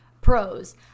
Pros